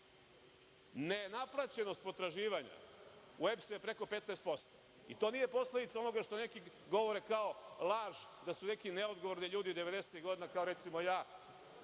Nenaplaćenost potraživanja u EPS je preko 15%. To nije posledica onoga što neki govore kao laž da su neki neodgovorni ljudi 90-tih godina, kao recimo ja,